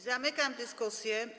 Zamykam dyskusję.